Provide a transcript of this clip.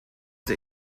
der